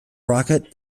rocket